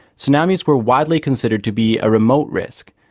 tsunamis were widely considered to be a remote risk,